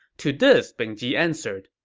to this, bing ji answered,